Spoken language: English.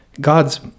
God's